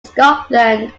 scotland